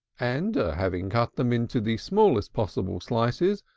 and, having cut them into the smallest possible slices,